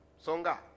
Songa